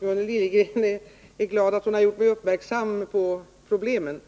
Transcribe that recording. Herr talman! Gunnel Liljegren är glad över att hon har gjort mig uppmärksam på problemen.